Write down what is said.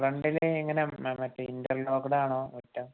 ഫ്രണ്ടില് ഇങ്ങനെ മറ്റെ ഇൻ്റർലോക്കിഡ് ആണോ മുറ്റം അതോ